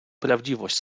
prawdziwość